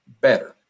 better